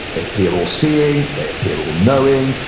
they appear all-seeing, they appear all-knowing,